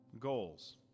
Goals